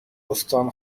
استان